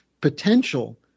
potential